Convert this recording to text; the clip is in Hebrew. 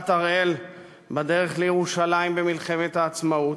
הראל בדרך לירושלים במלחמת העצמאות?